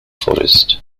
forest